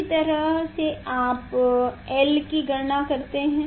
उसी तरह से आप l की गणना करते हैं